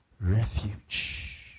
refuge